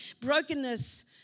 brokenness